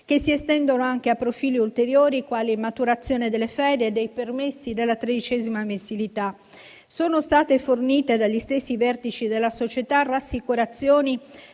che si estendono anche a profili ulteriori quali maturazione delle ferie, dei permessi e della tredicesima mensilità. Sono state fornite dagli stessi vertici della società rassicurazioni